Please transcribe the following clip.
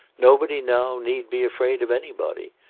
nobody now need be afraid of anybody,